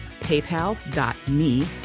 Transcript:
paypal.me